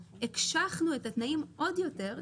הקשחנו את התנאים עוד יותר.